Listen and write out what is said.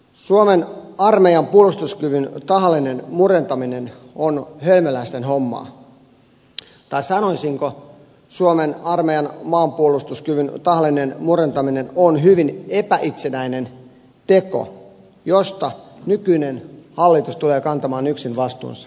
suomen armeijan puolustuskyvyn tahallinen murentaminen on hölmöläisten hommaa tai sanoisinko että suomen armeijan maanpuolustuskyvyn tahallinen murentaminen on hyvin epäitsenäinen teko josta nykyinen hallitus tulee kantamaan yksin vastuunsa